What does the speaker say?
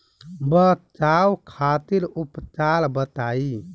बचाव खातिर उपचार बताई?